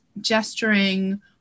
gesturing